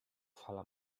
fala